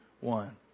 one